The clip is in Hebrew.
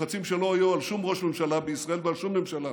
לחצים שלא היו על שום ראש ממשלה בישראל ועל שום ממשלה.